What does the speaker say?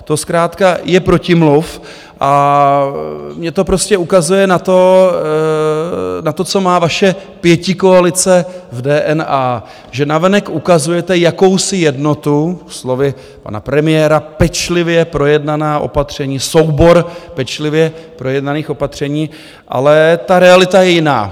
To zkrátka je protimluv a mně to prostě ukazuje na to, co má vaše pětikoalice v DNA, že navenek ukazujete jakousi jednotu, slovy pana premiéra, pečlivě projednaná opatření, soubor pečlivě projednaných opatření, ale ta realita je jiná.